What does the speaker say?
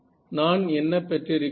நான் என்ன பெற்றிருக்கிறேன்